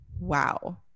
wow